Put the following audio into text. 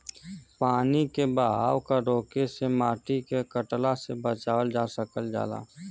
पानी के बहाव क रोके से माटी के कटला से बचावल जा सकल जाला